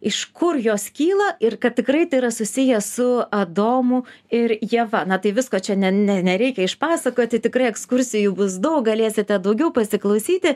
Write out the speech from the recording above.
iš kur jos kyla ir kad tikrai tai yra susiję su adomu ir ieva na tai visko čia ne ne nereikia išpasakoti tikrai ekskursijų bus daug galėsite daugiau pasiklausyti